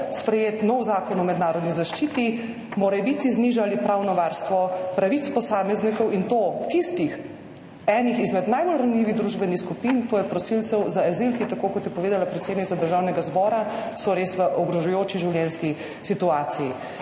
sprejet nov zakon o mednarodni zaščiti, morebiti znižali pravno varstvo pravic posameznikov, in to tistih enih izmed najbolj ranljivih družbenih skupin, to je prosilcev za azil, ki so, tako kot je povedala predsednica Državnega zbora, res v ogrožajoči življenjski situaciji.